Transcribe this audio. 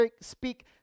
speak